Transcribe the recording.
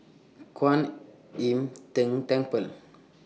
Kuan Im Tng Temple